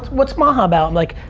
what's what's maha about? like,